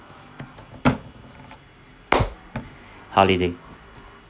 holiday